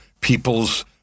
people's